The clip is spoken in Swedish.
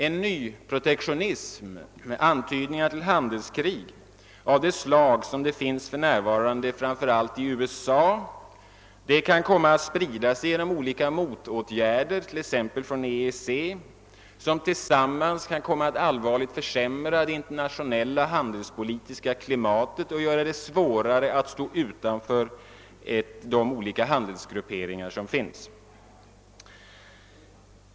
En nyprotektionism av det slag som vi för närvarande ser framför allt i USA kan komma att sprida sig genom olika motåtgärder, t.ex. från EEC, som tillsammans kan allvarligt försämra det internationella handelspolitiska klimatet och göra det svårare att stå utanför de olika handelsgrupperingar som finns.